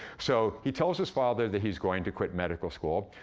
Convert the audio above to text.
so he tells his father that he's going to quit medical school.